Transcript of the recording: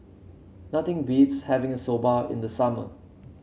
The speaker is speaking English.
nothing beats having Soba in the summer